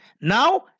Now